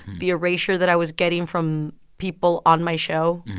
the erasure that i was getting from people on my show,